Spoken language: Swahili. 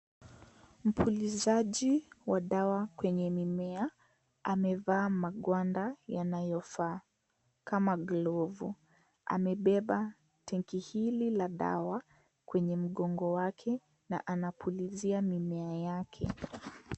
Mpulizaji wa dawa kwenye mimea amevaa magwanda yanayofaa kama glovu . Amebeba tenki hili la dawa kwenye mgongo wake na anapulizia mimea yake .